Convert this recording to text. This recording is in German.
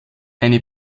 eine